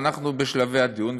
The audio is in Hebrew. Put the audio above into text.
אנחנו בשלבי הדיון,